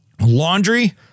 laundry